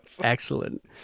excellent